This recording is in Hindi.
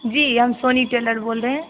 जी हम सोनी टेलर बोल रहे